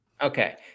Okay